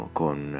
con